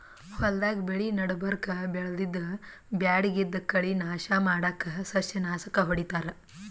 ಹೊಲ್ದಾಗ್ ಬೆಳಿ ನಡಬರ್ಕ್ ಬೆಳ್ದಿದ್ದ್ ಬ್ಯಾಡಗಿದ್ದ್ ಕಳಿ ನಾಶ್ ಮಾಡಕ್ಕ್ ಸಸ್ಯನಾಶಕ್ ಹೊಡಿತಾರ್